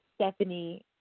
Stephanie